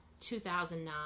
2009